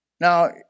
Now